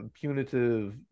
punitive